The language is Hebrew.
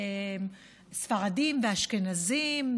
ספרדים ואשכנזים,